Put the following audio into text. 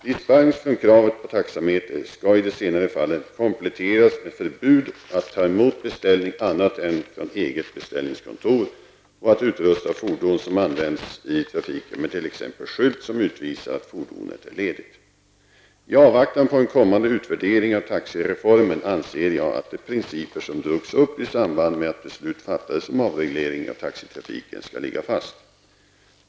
Dispens från kravet på taxameter skall i de senare fallen kompletteras med förbud att ta emot beställning annat än från eget beställningskontor och att utrusta fordon som används i trafiken med t.ex. skylt som utvisar att fordonet är ledigt. I avvaktan på en kommande utvärdering av taxireformen anser jag att de principer som drogs upp i samband med att beslut fattades om avreglering av taxitrafiken skall ligga fast.